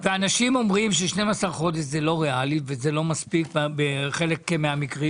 אנשים אומרים ש-12 חודשים זה לא ריאלי ושהם לא מספיקים בחלק מהמקרים.